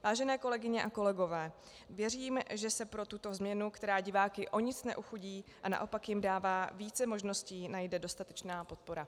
Vážené kolegyně a kolegové, věřím, že se pro tuto změnu, která diváky o nic neochudí a naopak jim dává více možností, najde dostatečná podpora.